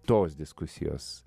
tos diskusijos